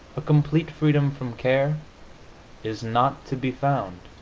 a complete freedom from care is not to be found.